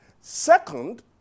Second